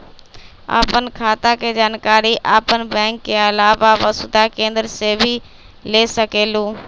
आपन खाता के जानकारी आपन बैंक के आलावा वसुधा केन्द्र से भी ले सकेलु?